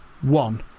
one